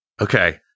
Okay